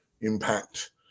impact